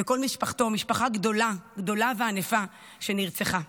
וכל משפחתו, משפחה גדולה, גדולה וענפה, שנרצחה.